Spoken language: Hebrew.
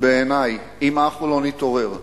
אם אנחנו לא נתעורר מהר,